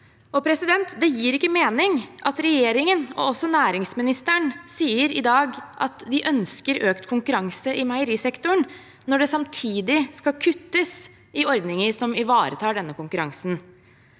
melk til. Det gir ikke mening at regjeringen, og også næringsministeren i dag, sier at de ønsker økt konkurranse i meierisektoren når det samtidig skal kuttes i ordninger som ivaretar denne konkurransen.